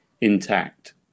intact